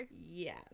Yes